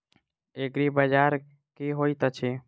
एग्रीबाजार की होइत अछि?